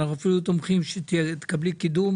אנחנו אפילו תומכים שתקבלי קידום